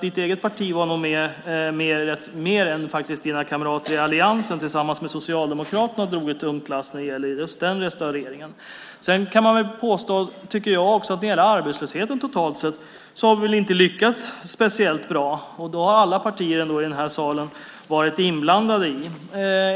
Ditt eget parti var med där, i högre grad än dina andra kamrater i alliansen, och drog ett tungt lass tillsammans med Socialdemokraterna. Men när det gäller arbetslösheten har vi väl inte lyckats speciellt bra, och då har ändå alla partier i den här salen varit inblandade.